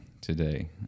today